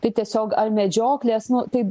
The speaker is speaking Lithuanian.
tai tiesiog ar medžioklės nu tai